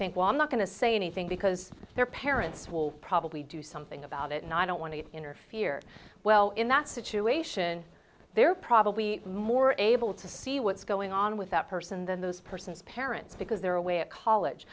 think well i'm not going to say anything because their parents will probably do something about it and i don't want to interfere well in that situation they're probably more able to see what's going on with that person than those persons parents because they're away at college